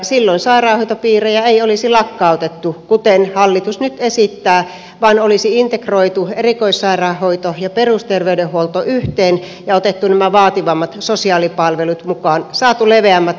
silloin sairaanhoitopiirejä ei olisi lakkautettu kuten hallitus nyt esittää vaan olisi integroitu erikoissairaanhoito ja perusterveydenhuolto yhteen ja otettu nämä vaativammat sosiaalipalvelut mukaan saatu leveämmät hartiat